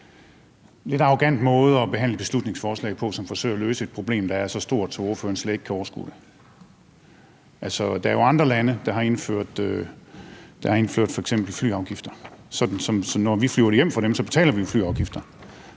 lidt arrogant måde at behandle et beslutningsforslag på, som forsøger at løse et problem, der er så stort, at ordføreren slet ikke kan overskue det. Altså, der er jo andre lande, der har indført f.eks. flyafgifter, så når vi flyver hjem fra dem, betaler vi jo flyafgifter.